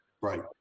right